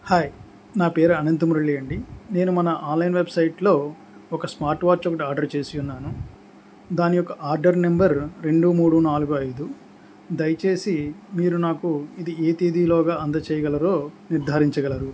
hi నా పేరు అనంత మురళి అండి నేను మన ఆన్లైన్ వెబ్సైట్లో ఒక స్మార్ట్ వాచ్ ఒకటి ఆర్డర్ చేసి ఉన్నాను దాని యొక్క ఆర్డర్ నెంబర్ రెండు మూడు నాలుగు ఐదు దయచేసి మీరు నాకు ఇది ఏ తేదీలోగా అందజేయగలరో నిర్ధారించగలరు